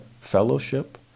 fellowship